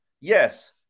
yes